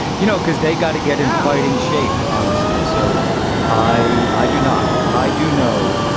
you know, because they got to get in fighting shape, honestly. so i i do not. i do know,